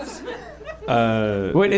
Wait